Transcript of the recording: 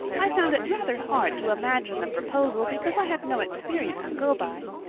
i found it rather hard to imagine the proposal because i had no experience to go by.